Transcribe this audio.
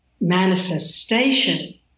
manifestation